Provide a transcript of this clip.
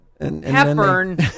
Hepburn